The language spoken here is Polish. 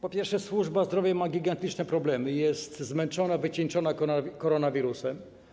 Po pierwsze, służba zdrowia ma gigantyczne problemy, jest zmęczona, wycieńczona koronawirusem.